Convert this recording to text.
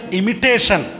imitation